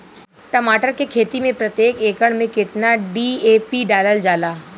टमाटर के खेती मे प्रतेक एकड़ में केतना डी.ए.पी डालल जाला?